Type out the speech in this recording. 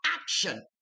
action